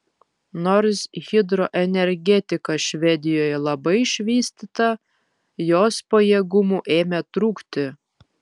nors hidroenergetika švedijoje labai išvystyta jos pajėgumų ėmė trūkti